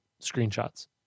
screenshots